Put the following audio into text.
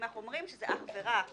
אם אנחנו אומרים שזה אך ורק